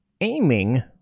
aiming